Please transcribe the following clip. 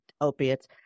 opiates